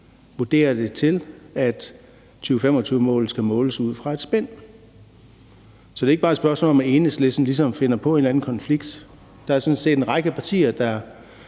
vurderer det til, at 2025-målet skal måles ud fra et spænd. Så det er ikke bare et spørgsmål om, at Enhedslisten ligesom finder på en eller anden konflikt. Der er sådan set en række partier, der